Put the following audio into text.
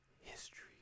History